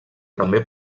també